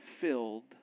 filled